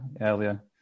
earlier